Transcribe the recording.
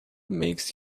makes